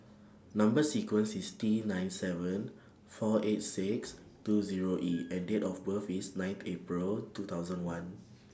Number sequence IS T nine seven four eight six two Zero E and Date of birth IS ninth April two thousand and one